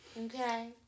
Okay